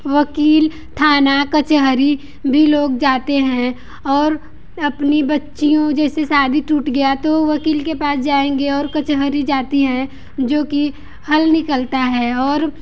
वकील थाना कचहरी भी लोग जाते हैं और अपनी बच्चियों जैसी शादी टूट गया तो वकील के पास जाएंगे और कचहरी जाती है जो की हल निकलता है और